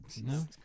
No